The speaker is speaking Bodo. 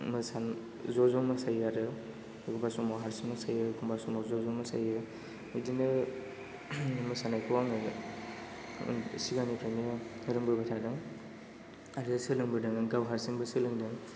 ज' ज' मोसायो आरो एख'नबा समाव हारसिं मोसायो एख'नबा समाव ज' ज' मोसायो बिदिनो मोसानायखौ आङो सिगांनिफ्रायनो फोरोंबोबाय थादों आरो सोलोंबोदों गाव हारसिंबो सोलोंदों